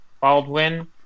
Baldwin